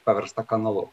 paversta kanalu